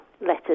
letters